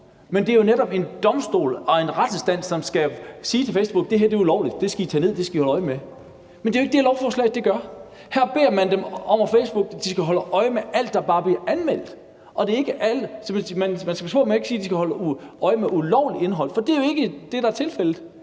det er jo netop en domstol og en retsinstans, som skal sige til Facebook: Det her er ulovligt. Det skal I tage ned. Det skal I holde øje med. Men det er jo ikke det, lovforslaget gør. Her beder man Facebook om, at de skal holde øje med alt, der bare bliver anmeldt. Man skal passe på med at sige, at de skal holde øje med ulovligt indhold, for det er jo ikke det, der er tilfældet.